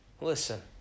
Listen